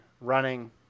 running